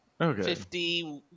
Okay